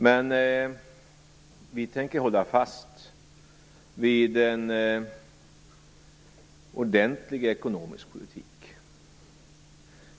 Men vi tänker hålla fast vid en ordentlig ekonomisk politik.